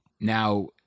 Now